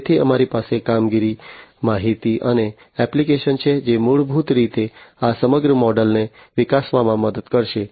તેથી અમારી પાસે કામગીરી માહિતી અને એપ્લિકેશન છે જે મૂળભૂત રીતે આ સમગ્ર મોડલને વિકસાવવામાં મદદ કરશે